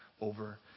over